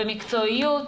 במקצועיות,